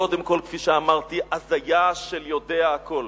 קודם כול, כפי שאמרתי: הזיה של יודע הכול.